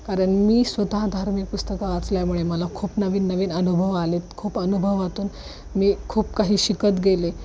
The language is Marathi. कारण मी स्वतः धार्मिक पुस्तकं वाचल्यामुळे मला खूप नवीन नवीन अनुभव आलेत खूप अनुभवातून मी खूप काही शिकत गेले